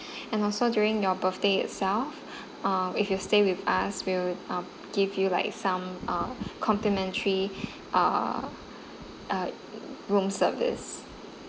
and also during your birthday itself uh if you stay with us we'll uh give you like some uh complimentary uh uh room service